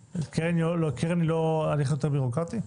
קרן היא לא הליך יותר בירוקרטי?